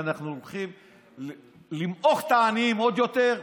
אנחנו הולכים למעוך את העניים עוד יותר,